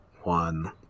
one